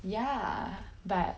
ya but